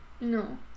no